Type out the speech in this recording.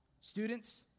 students